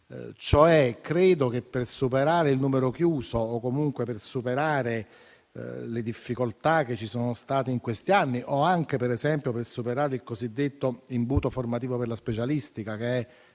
Credo che, per superare il numero chiuso o comunque le difficoltà che ci sono state in questi anni, o anche per esempio per superare il cosiddetto imbuto formativo per la specialistica, che è